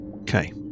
okay